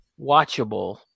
watchable